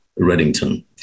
Reddington